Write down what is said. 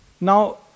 Now